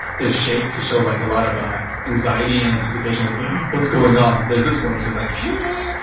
there's shake to show like a lot of anxiety and anticipation, like what's going on? there's this one which is like, hey,